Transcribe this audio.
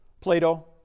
Plato